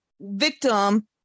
victim